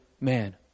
man